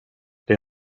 det